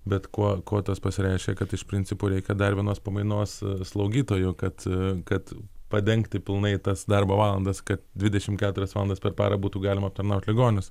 bet kuo kuo tas pasireiškia kad iš principo reikia dar vienos pamainos slaugytojų kad kad padengti pilnai tas darbo valandas kad dvidešim keturias valandas per parą būtų galima aptarnaut ligonius